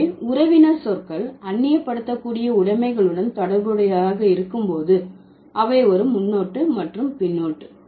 எனவே உறவினர் சொற்கள் அந்நிய படுத்தக்கூடிய உடைமைகளுடன் தொடர்புடையதாக இருக்கும் போது அவை ஒரு முன்னொட்டு மற்றும் பின்னொட்டு